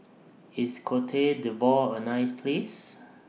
IS Cote D'Ivoire A nice Place